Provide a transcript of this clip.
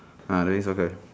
ah playing soccer